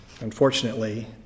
Unfortunately